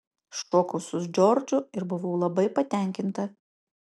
šokau su džordžu ir buvau labai patenkinta